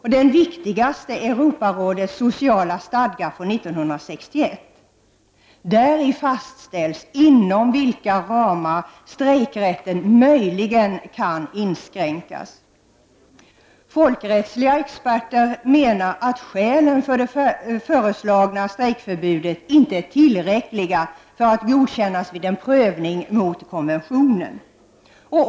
Den viktigaste är Europarådets sociala stadga från 1961. Däri fastställs inom vilka ramar strejkrätten möjligen kan inskränkas. Folkrättsliga experter menar att skälen för det föreslagna strejk förbudet inte är tillräckliga för att godkännas vid en prövning mot konventionen.